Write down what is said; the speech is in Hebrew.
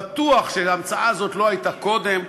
בטוח שההמצאה הזאת לא הייתה קודם,